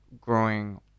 growing